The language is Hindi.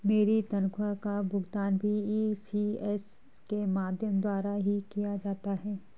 मेरी तनख्वाह का भुगतान भी इ.सी.एस के माध्यम द्वारा ही किया जाता है